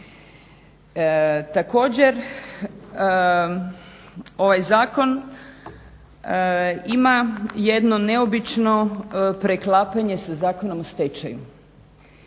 Također, ovaj zakon ima jedno neobično preklapanje sa Zakonom o stečaju.